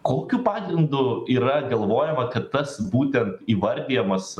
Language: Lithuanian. kokiu pagrindu yra galvojama kad tas būtent įvardijamas